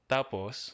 Tapos